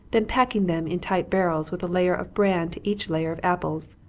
then packing them in tight barrels, with a layer of bran to each layer of apples.